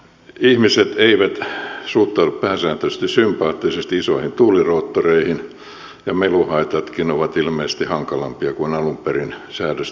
ihmiset eivät suhtaudu pääsääntöisesti sympaattisesti isoihin tuuliroottoreihin ja meluhaitatkin ovat ilmeisesti hankalampia kuin alun perin säädöstä tehtäessä on arvioitu